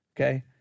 okay